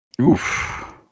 Oof